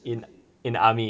in in the army